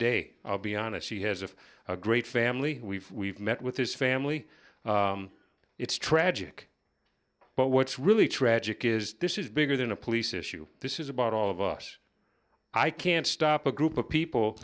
day be honest he has a great family we met with his family it's tragic but what's really tragic is this is bigger than a police issue this is about all of us i can't stop a group of people